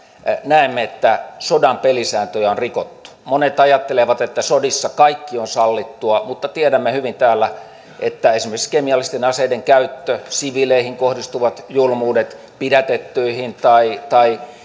näemme että sodan pelisääntöjä on rikottu monet ajattelevat että sodissa kaikki on sallittua mutta tiedämme hyvin täällä että esimerkiksi kemiallisten aseiden käyttö siviileihin kohdistuvat julmuudet pidätettyihin tai tai